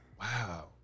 Wow